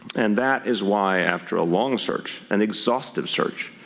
and that is why, after a long search, an exhaustive search,